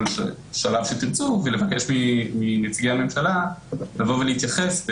שלב שתרצו ולבקש מנציגי הממשלה לבוא ולהתייחס.